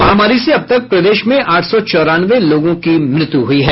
महामारी से अब तक प्रदेश में आठ सौ चौरानवे लोगों की मृत्यु हुई है